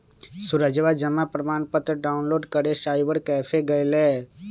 सूरजवा जमा प्रमाण पत्र डाउनलोड करे साइबर कैफे गैलय